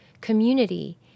community